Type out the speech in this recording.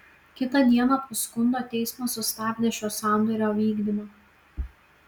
kitą dieną po skundo teismas sustabdė šio sandorio vykdymą